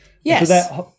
Yes